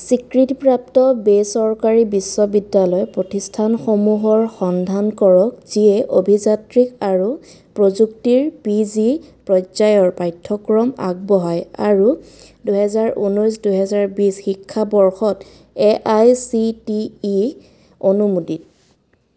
স্বীকৃতিপ্ৰাপ্ত বেচৰকাৰী বিশ্ববিদ্যালয় প্ৰতিষ্ঠানসমূহৰ সন্ধান কৰক যিয়ে অভিযান্ত্ৰিক আৰু প্ৰযুক্তিৰ পি জি পৰ্যায়ৰ পাঠ্যক্ৰম আগবঢ়ায় আৰু দুহেজাৰ ঊনৈছ দুহেজাৰ বিছ শিক্ষাবৰ্ষত A I C T E অনুমোদিত